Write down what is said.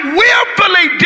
willfully